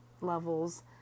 levels